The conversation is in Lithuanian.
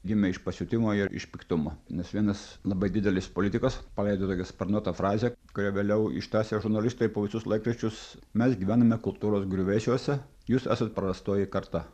gimė iš pasiutimo ir iš piktumo nes vienas labai didelis politikas paleido tokią sparnuotą frazę kurią vėliau ištąsė žurnalistai po visus laikraščius mes gyvename kultūros griuvėsiuose jūs esat prarastoji karta